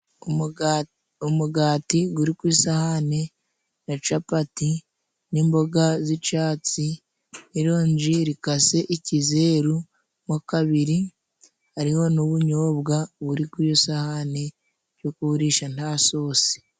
Umugati guri ku isahane na capati n'imboga z'icatsi, n'ironji rikase ikizeru mo kabiri, hariho n'ubunyobwa buri ku isahani byo kuwurisha nta sosi.